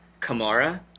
Kamara